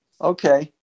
Okay